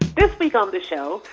this week on the show,